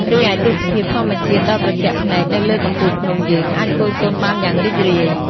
រីឯទេសភាពធម្មជាតិដ៏ត្រជាក់ភ្នែកនៅលើកំពូលភ្នំយើងអាចគយគន់បានយ៉ាងរីករាយ ។